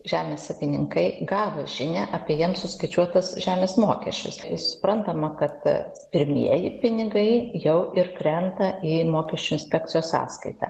žemės savininkai gavę žinią apie jiems suskaičiuotus žemės mokesčius suprantama kad pirmieji pinigai jau ir krenta į mokesčių inspekcijos sąskaitą